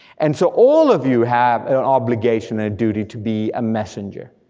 and so all of you have an obligation or a duty to be a messenger,